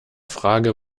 frage